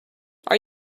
are